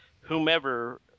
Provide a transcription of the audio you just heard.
whomever